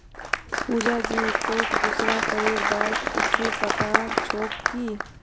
पुजा जी, तोक दूसरा करेर बार कुछु पता छोक की